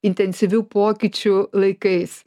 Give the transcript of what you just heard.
intensyvių pokyčių laikais